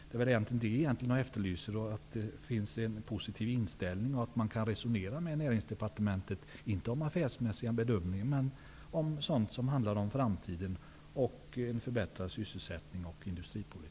Det är väl egentligen det som jag efterlyser, liksom en positiv inställning och möjligheter till resonemang med Näringsdepartementet -- inte om affärsmässiga bedömningar utan om framtiden och om en förbättrad sysselsättning och industripolitik.